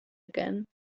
again